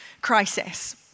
crisis